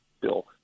bill